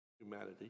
humanity